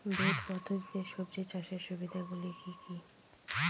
Bed পদ্ধতিতে সবজি চাষের সুবিধাগুলি কি কি?